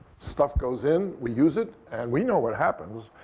stuff goes in. we use it. and we know what happens.